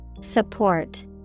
Support